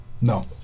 no